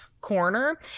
corner